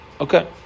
Okay